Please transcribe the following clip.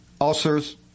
ulcers